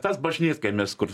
tas bažnytkaimis kur